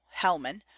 hellman